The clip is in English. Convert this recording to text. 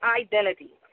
identity